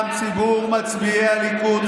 גם ציבור מצביעי הליכוד,